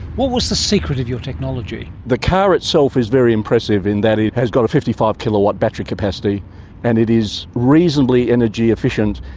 what was the secret of your technology? the car itself is very impressive in that it has got a fifty five kilowatt battery capacity and it is reasonably energy efficient.